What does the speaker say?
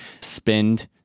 spend